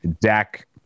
Dak